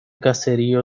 caserío